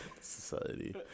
Society